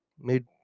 Mid